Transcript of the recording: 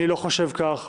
אני לא חושב כך.